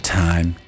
time